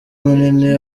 munini